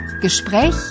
Gespräch